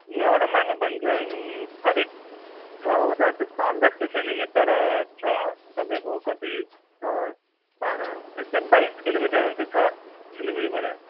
यहाँबाट माने भन्ज्याङ अलिक छ हो दा त्यस्तो अन्दाज चाहिँ छैन कि तर छ तपाईँको कति दस बाह्र यस्तै बाइस किलोमिटरहरू त छ सिलगढीबाट